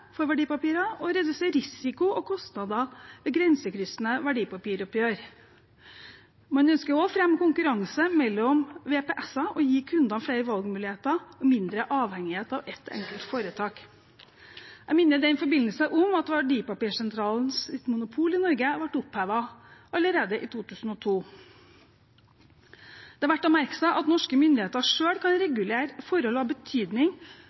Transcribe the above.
for verdipapirer og redusere risiko og kostnader ved grensekryssende verdipapiroppgjør. Man ønsker også å fremme konkurranse mellom verdipapirsentraler og å gi kundene flere valgmuligheter og mindre avhengighet av ett foretak. Jeg minner i den forbindelse om at Verdipapirsentralens monopol i Norge ble opphevet allerede i 2002. Det er verdt å merke seg at norske myndigheter selv kan regulere forhold av betydning